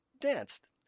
danced